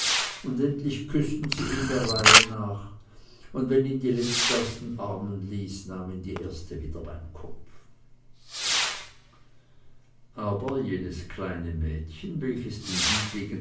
und endlich küßten sie ihn der reihe nach und wenn ihn die letzte aus den armen ließ nahm ihm die erste wieder beim kopf aber jenes kleine mädchen welches den